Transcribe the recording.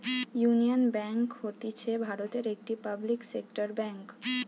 union Bank হতিছে ভারতের একটি পাবলিক সেক্টর বেঙ্ক